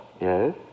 Yes